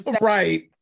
right